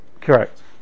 Correct